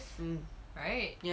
mm ya